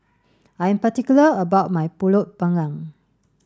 I'm particular about my Pulut panggang